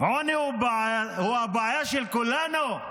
עוני הוא הבעיה של כולנו,